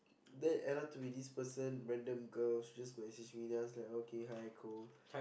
then end up to be this person random girl she just message me then I was like okay hi cool